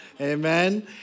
Amen